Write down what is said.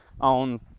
on